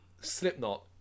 Slipknot